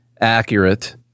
accurate